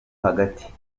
hagati